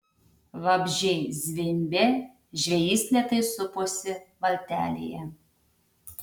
vabzdžiai zvimbė žvejys lėtai suposi valtelėje